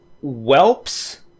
whelps